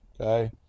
Okay